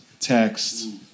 text